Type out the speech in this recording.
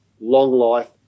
long-life